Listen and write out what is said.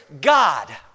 God